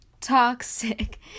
toxic